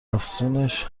افزونش